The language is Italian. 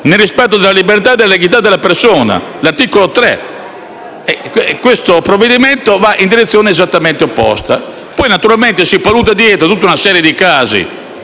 nel rispetto della libertà e della dignità della persona. Questo provvedimento va in direzione esattamente opposta. Poi naturalmente si ipotizza tutta una serie di casi